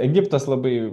egiptas labai